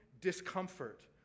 discomfort